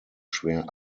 schwer